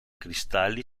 cristalli